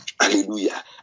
Hallelujah